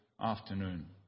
afternoon